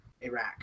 Iraq